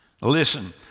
Listen